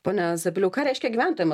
pone zabiliau ką reiškia gyventojam